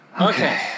Okay